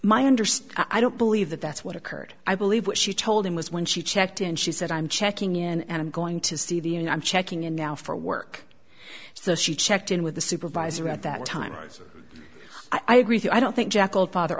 understand i don't believe that that's what occurred i believe what she told him was when she checked in she said i'm checking in and i'm going to see the and i'm checking in now for work so she checked in with the supervisor at that time i said i agree i don't think jackal father